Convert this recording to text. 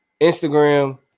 Instagram